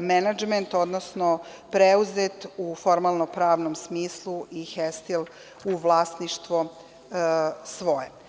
menadžment, odnosno preuzet u formalno-pravnom smislu i „Hestil“ u vlasništvo svoje.